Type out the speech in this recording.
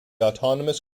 autonomous